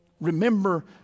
Remember